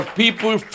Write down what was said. people